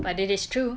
but it is true